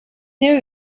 knew